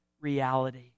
reality